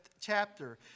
chapter